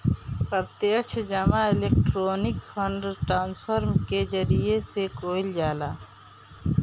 प्रत्यक्ष जमा electronic fund transfer के जरिया से कईल जाला